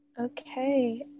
Okay